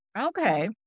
Okay